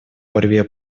борьбе